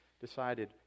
decided